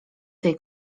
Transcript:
tej